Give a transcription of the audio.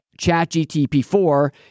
ChatGTP4